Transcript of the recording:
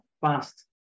fast